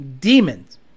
Demons